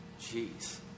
Jeez